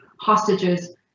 hostages